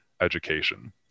education